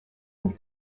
and